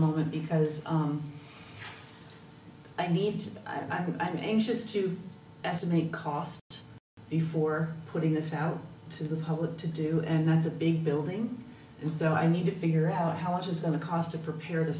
moment because i need to i'm anxious to estimate cost before putting this out to the public to do and that's a big building and so i need to figure out how much is going to cost to prepare the